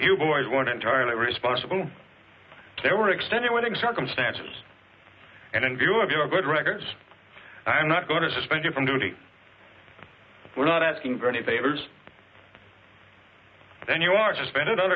you boys one entirely responsible there were extenuating circumstances and in view of your good records i'm not going to suspend you from duty we're not asking for any favors then you are just spend it on